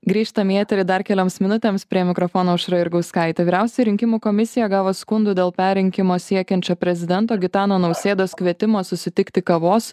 grįžtam į eterį dar kelioms minutėms prie mikrofono aušra jurgauskaitė vyriausioji rinkimų komisija gavo skundų dėl perrinkimo siekiančio prezidento gitano nausėdos kvietimo susitikti kavos